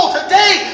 today